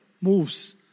moves